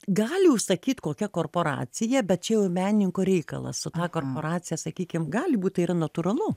gali užsakyt kokia korporacija bet čia jau menininko reikalas su ta korporacija sakykim gali būt tai yra natūralu